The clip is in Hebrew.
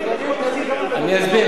אני אסביר.